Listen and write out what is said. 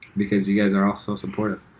because you guys are all so supportive.